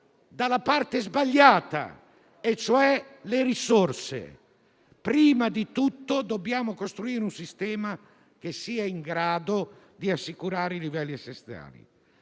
dalla parte sbagliata, cioè dalle risorse. Prima di tutto dobbiamo costruire un sistema che sia in grado di assicurare i livelli essenziali